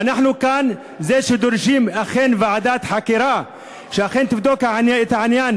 ואנחנו כאן אלה שדורשים ועדת חקירה שאכן תבדוק את העניין,